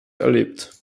erlebt